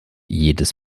jedes